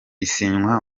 isinywa